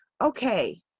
okay